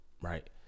right